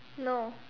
no